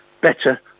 better